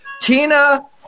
Tina